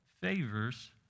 favors